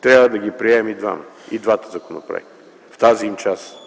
Трябва да приемем и двата законопроекта в тази им част.